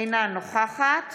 אינה נוכחת